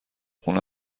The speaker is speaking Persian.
خونه